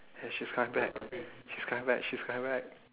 hey she's coming back she's coming back she's coming back